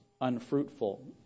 unfruitful